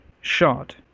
shot